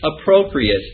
appropriate